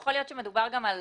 יכול להיות שמדובר גם על